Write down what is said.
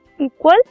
equal